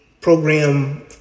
program